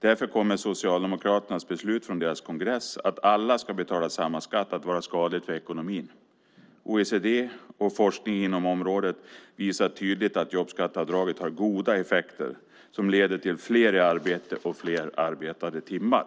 Därför kommer Socialdemokraternas beslut från deras kongress, att alla ska betala samma skatt, att vara skadligt för ekonomin. OECD och forskning inom området visar tydligt att jobbskatteavdraget har goda effekter som leder till fler i arbete och fler arbetade timmar.